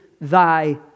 thy